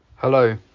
Hello